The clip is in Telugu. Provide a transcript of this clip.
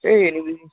ఏయ్